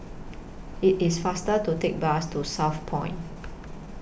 IT IS faster to Take The Bus to Southpoint